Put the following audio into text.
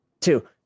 two